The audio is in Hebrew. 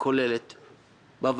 לדעתי,